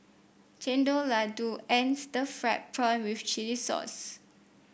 Chendol laddu and Stir Fried Prawn with Chili Sauce